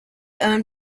owned